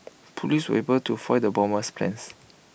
Police were able to foil the bomber's plans